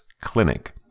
Clinic